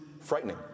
frightening